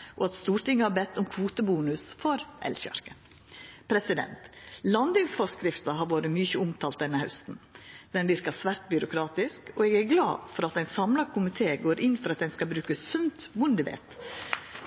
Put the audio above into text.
komen, at Stortinget har bede om kvotebonus for elsjarken. Landingsforskrifta har vore mykje omtala denne hausten. Den verkar svært byråkratisk, og eg er glad for at ein samla komité går inn for at ein skal bruka sunt bondevett